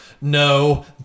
no